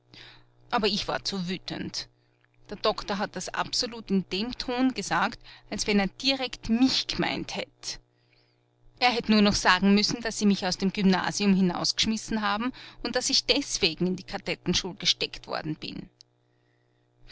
aber ich war zu wütend der doktor hat das absolut in dem ton gesagt als wenn er direkt mich gemeint hätt er hätt nur noch sagen müssen daß sie mich aus dem gymnasium hinausg'schmissen haben und daß ich deswegen in die kadettenschul gesteckt worden bin